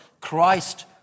Christ